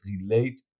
relate